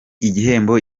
igihembo